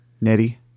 Nettie